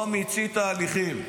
לא מיצית הליכים.